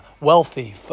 wealthy